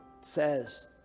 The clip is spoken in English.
says